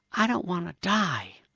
i don't want to die.